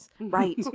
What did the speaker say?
Right